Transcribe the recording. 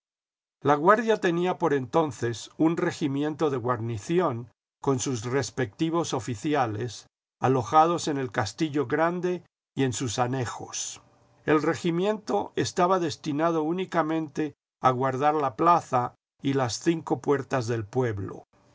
la guarnición laguardia tenía por entonces un regimiento de guarnición con sus respectivos oficiales alojados en el castillo grande y en sus anejos el regimiento estaba destinado únicamente a guardar la plaza y las cinco puertas del pueblo